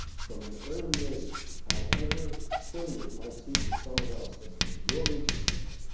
from an early age, however silly it might seem to someone else, that's what you're interested in.